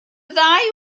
ddau